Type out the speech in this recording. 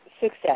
success